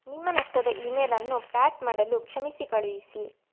ನಿಮ್ಮ ನಷ್ಟದ ಇಮೇಲನ್ನು ಪ್ಯಾಟ್ ಮಾಡಲು ಕ್ಷಮಿಸಿ ಕಳುಹಿಸಿ